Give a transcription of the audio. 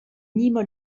nîmes